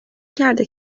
کرده